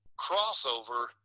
crossover